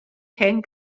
hen